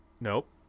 nope